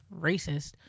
racist